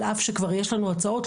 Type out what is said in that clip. על אף שכבר יש לנו הצעות,